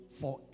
forever